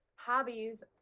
hobbies